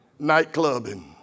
nightclubbing